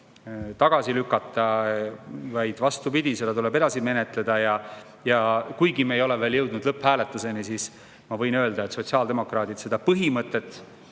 tagasi lükata, vastupidi, seda tuleb edasi menetleda. Ja kuigi me ei ole veel jõudnud lõpphääletuseni, ma võin öelda, et sotsiaaldemokraadid seda põhimõtet,